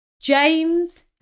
James